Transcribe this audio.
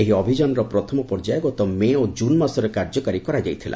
ଏହି ଅଭିଯାନର ପ୍ରଥମ ପର୍ଯ୍ୟାୟ ଗତ ମେ ଓ କୁନ୍ ମାସରେ କାର୍ଯ୍ୟକାରୀ କରାଯାଇଥିଲା